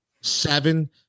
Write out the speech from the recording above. seven